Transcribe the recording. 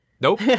nope